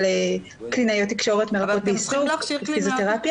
של קלינאיות תקשורת ומרפאות בעיסוק ופיזיותרפיה.